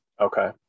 Okay